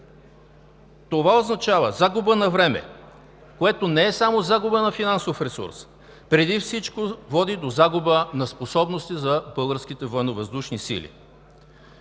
Това означава загуба на време, което не е само загуба на финансов ресурс, а преди всичко води до загуба на способности за българските военновъздушни сили.